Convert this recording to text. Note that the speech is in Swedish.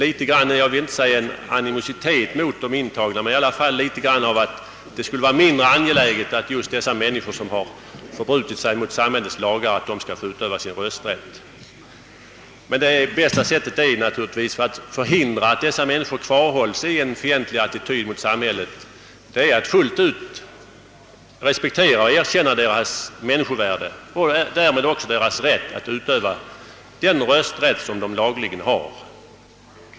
Jag vill inte säga att det finns en animositet, men nog verkar det som om inställningen på vissa håll skulle vara den att det är mindre angeläget att dessa människor, som förbrutit sig mot samhället, kan få utöva sin rösträtt. Bästa sättet att förhindra att dessa människor fortsätter att inta en fientlig attityd mot samhället är emellertid att fullt ut respektera deras människovärde och därmed också deras möjlighet att utöva den rösträtt som de lagligen har.